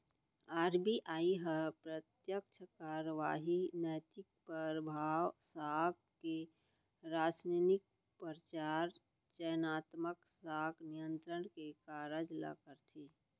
RBI ह प्रत्यक्छ कारवाही, नैतिक परभाव, साख के रासनिंग, परचार, चयनात्मक साख नियंत्रन के कारज ल करथे